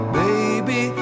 baby